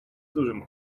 dużym